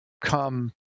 come